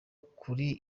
kuri